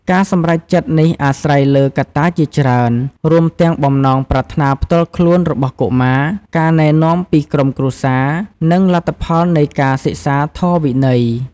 ការសម្រេចចិត្តនេះអាស្រ័យលើកត្តាជាច្រើន រួមទាំងបំណងប្រាថ្នាផ្ទាល់ខ្លួនរបស់កុមារ ការណែនាំពីក្រុមគ្រួសារ និងលទ្ធផលនៃការសិក្សាធម៌វិន័យ។